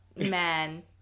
man